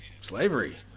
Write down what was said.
slavery